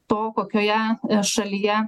to kokioje šalyje